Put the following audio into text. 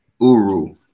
Uru